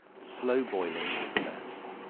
slow boiling is the best.